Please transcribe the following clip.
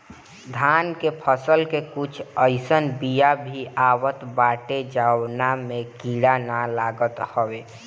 धान के फसल के कुछ अइसन बिया भी आवत बाटे जवना में कीड़ा ना लागत हवे